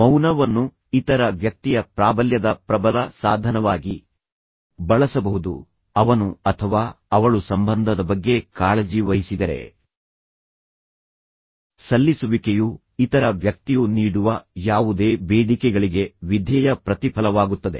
ಮೌನವನ್ನು ಇತರ ವ್ಯಕ್ತಿಯ ಪ್ರಾಬಲ್ಯದ ಪ್ರಬಲ ಸಾಧನವಾಗಿ ಬಳಸಬಹುದು ಅವನು ಅಥವಾ ಅವಳು ಸಂಬಂಧದ ಬಗ್ಗೆ ಕಾಳಜಿ ವಹಿಸಿದರೆ ಸಲ್ಲಿಸುವಿಕೆಯು ಇತರ ವ್ಯಕ್ತಿಯು ನೀಡುವ ಯಾವುದೇ ಬೇಡಿಕೆಗಳಿಗೆ ವಿಧೇಯ ಪ್ರತಿಫಲವಾಗುತ್ತದೆ